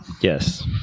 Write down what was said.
Yes